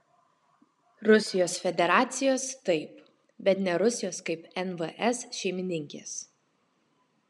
rusijos federacijos taip bet ne rusijos kaip nvs šeimininkės